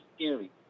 scary